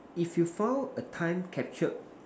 if you found a time captured